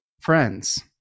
friends